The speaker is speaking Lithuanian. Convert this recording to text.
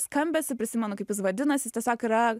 skambesį prisimenu kaip jis vadinas jis tiesiog yra